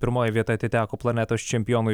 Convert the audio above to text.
pirmoji vieta atiteko planetos čempionui